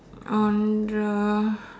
on the